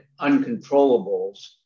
uncontrollables